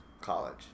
college